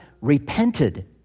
repented